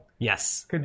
Yes